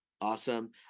awesome